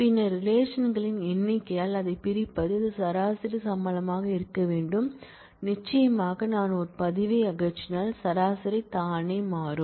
பின்னர் ரிலேஷன்களின் எண்ணிக்கையால் அதைப் பிரிப்பது இது சராசரி சம்பளமாக இருக்க வேண்டும் நிச்சயமாக நான் ஒரு பதிவை அகற்றினால் சராசரி தானே மாறும்